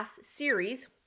series